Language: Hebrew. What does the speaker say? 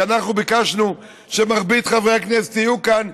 כי אנחנו ביקשנו שמרבית חברי הכנסת יהיו כאן,